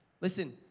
Listen